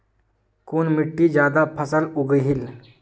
कुन मिट्टी ज्यादा फसल उगहिल?